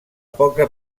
poca